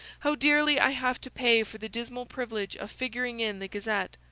how dearly i have to pay for the dismal privilege of figuring in the gazette.